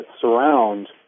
surround